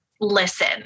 listen